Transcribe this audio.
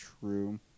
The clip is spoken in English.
true